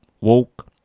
Woke